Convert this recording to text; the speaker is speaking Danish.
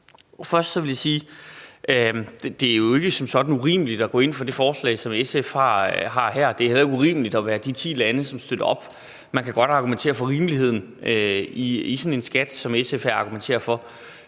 Først vil jeg sige, at det jo ikke som sådan er urimeligt at gå ind for det forslag, som SF har her, og det er heller ikke urimeligt at være de ti lande, som støtter op. Man kan godt argumentere for rimeligheden i sådan en skat, som SF her argumenterer for,